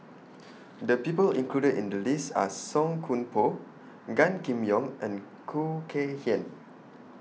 The People included in The list Are Song Koon Poh Gan Kim Yong and Khoo Kay Hian